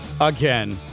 again